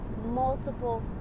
multiple